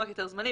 זמני.